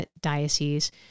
diocese